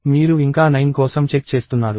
మీరు ఇంకా 9 కోసం చెక్ చేస్తున్నారు